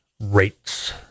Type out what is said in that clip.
rates